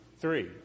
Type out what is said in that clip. three